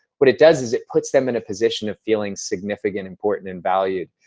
what it does is it puts them in a position of feeling significant, important and valued.